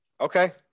Okay